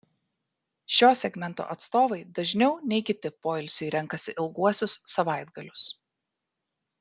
šio segmento atstovai dažniau nei kiti poilsiui renkasi ilguosius savaitgalius